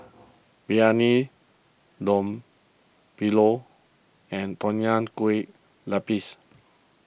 Briyani Dum Milo and Nonya Kueh Lapis